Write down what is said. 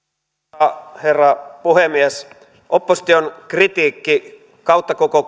arvoisa herra puhemies opposition kritiikki kautta koko